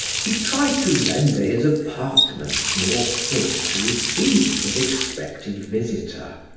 he tried to render his apartments more fit to receive his expected visitor.